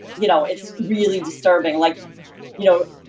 you know, it's really disturbing like you know